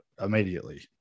immediately